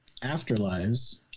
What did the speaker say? Afterlives